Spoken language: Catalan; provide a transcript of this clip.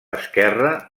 esquerra